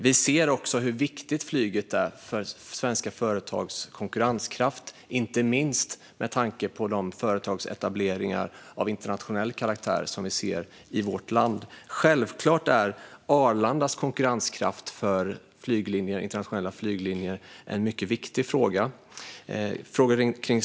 Vi ser också hur viktigt flyget är för svenska företags konkurrenskraft, inte minst med tanke på de företagsetableringar av internationell karaktär som vi ser i vårt land. Självfallet är Arlandas konkurrenskraft för internationella flyglinjer en viktig fråga.